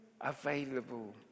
available